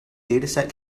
dataset